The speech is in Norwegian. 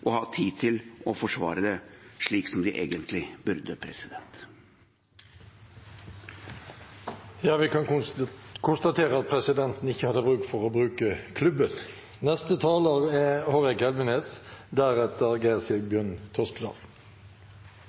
ha tid til, å forsvare det, slik de egentlig burde. Vi kan konstatere at presidenten ikke hadde behov for å bruke klubben. Det er